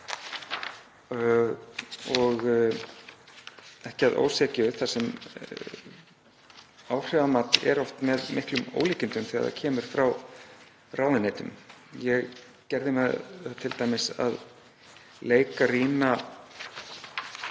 og ekki að ósekju, þar sem áhrifamat er oft með miklum ólíkindum þegar það kemur frá ráðuneytum. Ég gerði mér t.d. að leik að rýna